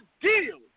deal